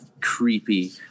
creepy